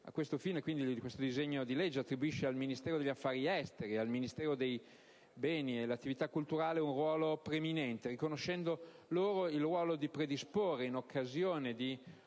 A tal fine, il disegno di legge attribuisce al Ministro degli affari esteri e al Ministro per i beni e le attività culturali un ruolo preminente, riconoscendo loro il potere di predisporre, in occasione di